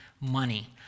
money